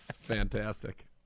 fantastic